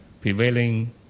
prevailing